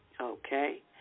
Okay